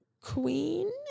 queen